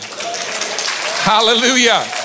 Hallelujah